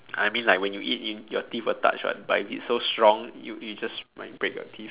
I mean like when you eat in your teeth will touch [what] but if it's so strong you you just might break your teeth